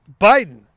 Biden